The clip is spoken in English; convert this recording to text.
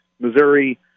Missouri